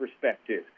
perspective